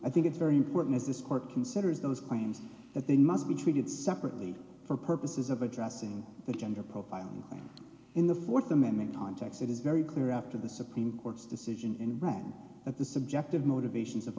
i think it's very important as this court considers those claims that they must be treated separately for purposes of addressing the gender profile and in the fourth amendment context it is very clear after the supreme court's decision in round that the subjective motivations of